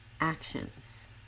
Actions